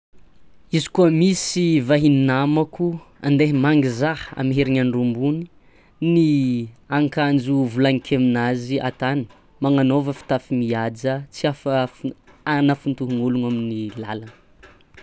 Izy koa misy vahiny namako andaihamangy zaha amy herignandro ambony, ny ankanjo volagniky aminazy atany: magnanaova fitafy mihaja tsy anafintohigny ologno amin'ny lalagna.